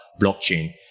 blockchain